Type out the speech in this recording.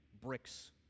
bricks